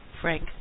Frank